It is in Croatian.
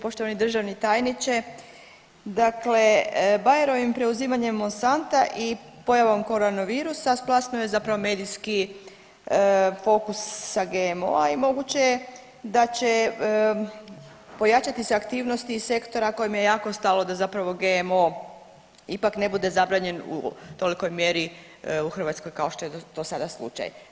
Poštovani državni tajniče, dakle Bayerovim preuzimanjem Monsanta i pojavom koronavirusa splasnuo je zapravo medijski fokus sa GMO-a i moguće je da će pojačati se aktivnosti iz sektora kojima je jako stalo da zapravo GMO ipak ne bude zabranjen u tolikoj mjeri u Hrvatskoj kao što je dosada slučaj.